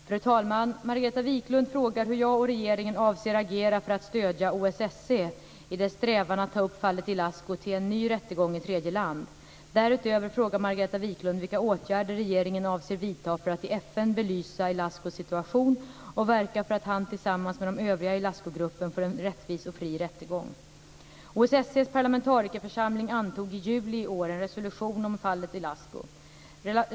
Fru talman! Margareta Viklund frågar hur jag och regeringen avser agera för att stödja OSSE i dess strävan att ta upp fallet Ilascu till en ny rättegång i tredje land. Därutöver frågar Margareta Viklund vilka åtgärder regeringen avser vidta för att i FN belysa Ilie Ilascus situation och verka för att han tillsammans med de övriga i Ilascu-gruppen får en rättvis och fri rättegång. OSSE:s parlamentarikerförsamling antog i juli i år en resolution om fallet Ilascu.